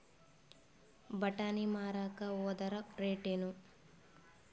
ಬಟಾನಿ ಮಾರಾಕ್ ಹೋದರ ರೇಟೇನು?